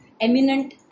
eminent